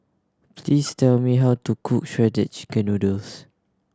please tell me how to cook Shredded Chicken Noodles